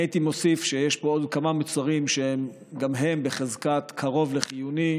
אני הייתי מוסיף שיש פה עוד כמה מוצרים שגם הם בחזקת קרוב לחיוני.